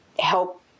help